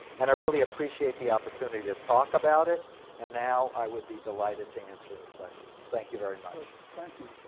and i really appreciate the opportunity to talk about it and now i would be delighted to answer any questions. thank you very much. thank you.